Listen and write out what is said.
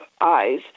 eyes